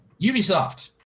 Ubisoft